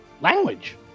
Language